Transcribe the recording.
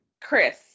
Chris